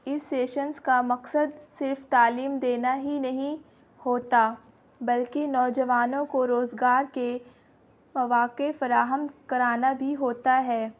اس sessions کا مقصد صرف تعلیم دینا ہی نہیں ہوتا بلکہ نوجوانوں کو روزگار کے مواقع فراہم کرانا بھی ہوتا ہے